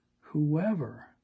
Whoever